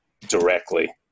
directly